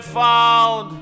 found